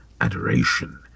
adoration